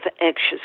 anxious